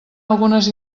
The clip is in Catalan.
algunes